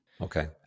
Okay